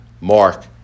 Mark